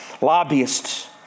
lobbyists